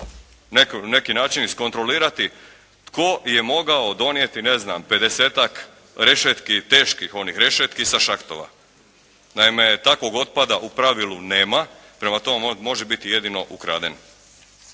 neki način iskontrolirati tko je mogao donijeti ne znam pedesetak rešetki, teških onih rešetki sa šahtova. Naime, takvog otpada u pravilu nema. Prema tome, može biti jedino ukraden.